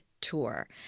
tour